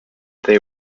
they